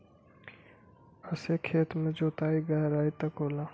एसे खेत के जोताई गहराई तक होला